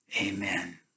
Amen